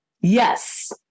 Yes